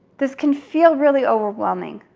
this can feel really overwhelming,